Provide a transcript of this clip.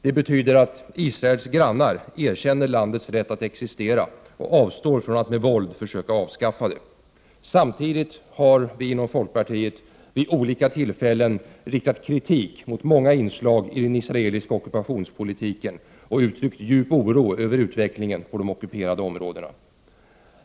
Det betyder att Israels grannar erkänner landets rätt att existera och avstår från att med våld försöka avskaffa det. Samtidigt har vi inom folkpartiet vid olika tillfällen riktat kritik mot många inslag i den israeliska ockupationspolitiken och uttryckt djup oro över utvecklingen på de ockuperade områdena.